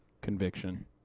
Conviction